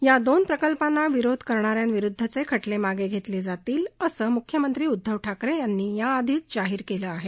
या दोन प्रकल्पांना विरोध करणा यांविरुदधचे खटले मागे घेतले जातील असं मुख्यमंत्री उदधव ठाकरे यांनी याआधीच जाहीर केलं आहे